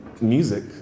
music